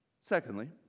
Secondly